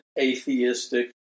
atheistic